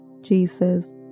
Jesus